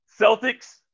Celtics